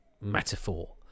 metaphor